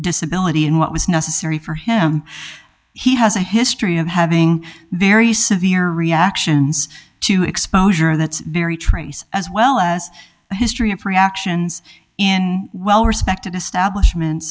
disability in what was necessary for him he has a history of having their e severe reactions to exposure that very trace as well as a history of reactions in well respected establishment